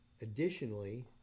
additionally